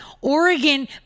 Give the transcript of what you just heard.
Oregon